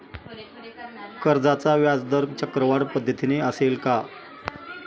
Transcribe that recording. कर्जाचा व्याजदर चक्रवाढ पद्धतीने असेल का?